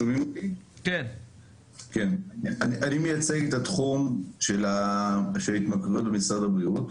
אני מייצג את התחום של ההתמכרויות במשרד הבריאות,